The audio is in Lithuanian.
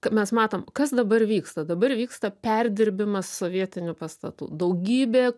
kad mes matom kas dabar vyksta dabar vyksta perdirbimas sovietinių pastatų daugybė